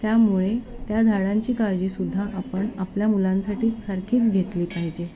त्यामुळे त्या झाडांची काळजीसुद्धा आपण आपल्या मुलांसाठी सारखीच घेतली पाहिजे